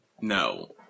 No